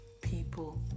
People